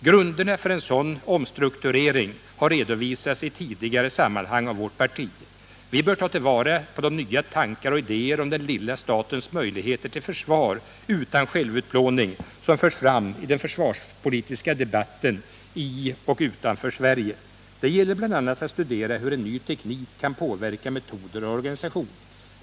Grunderna för en sådan omstrukturering har redovisats i tidigare sammanhang av vårt parti. Vi bör ta vara på de nya tankar och idéer om den lilla statens möjligheter till försvar utan självutplåning som förts fram i den försvarspolitiska debatten i och utanför Sverige. Det gäller bl.a. att studera hur en ny teknik kan påverka metoder och organisation.